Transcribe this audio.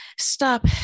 stop